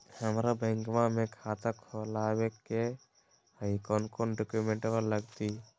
हमरा बैंकवा मे खाता खोलाबे के हई कौन कौन डॉक्यूमेंटवा लगती?